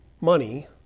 money